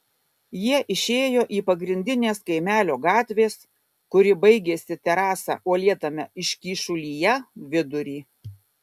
jie išėjo į pagrindinės kaimelio gatvės kuri baigėsi terasa uolėtame iškyšulyje vidurį